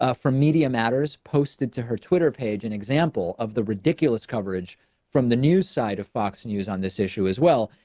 ah from media matters posted to her twitter page and example of the ridiculous coverage from the news side of fox news on this issue as well.